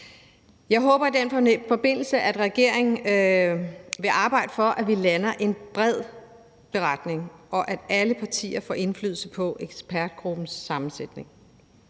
Jeg håber i den forbindelse, at regeringen vil arbejde for, at vi lander en bred beretning, og at alle partier får indflydelse på ekspertgruppens sammensætning.